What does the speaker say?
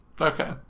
Okay